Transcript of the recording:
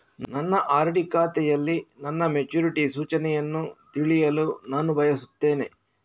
ನನ್ನ ಆರ್.ಡಿ ಖಾತೆಯಲ್ಲಿ ನನ್ನ ಮೆಚುರಿಟಿ ಸೂಚನೆಯನ್ನು ತಿಳಿಯಲು ನಾನು ಬಯಸ್ತೆನೆ